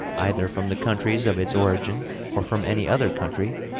either from the countries of its origin or from any other country,